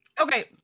Okay